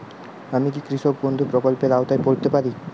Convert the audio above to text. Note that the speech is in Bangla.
আমি কি কৃষক বন্ধু প্রকল্পের আওতায় পড়তে পারি?